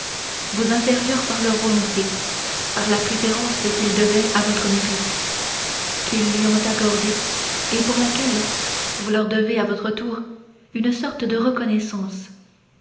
vos inférieurs par leur volonté par la préférence qu'ils devaient à votre mérite qu'ils lui ont accordée et pour laquelle vous leur devez à votre tour une sorte de reconnaissance